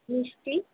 মিষ্টি